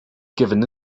given